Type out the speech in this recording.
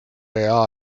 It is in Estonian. vaja